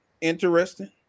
interesting